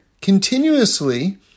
continuously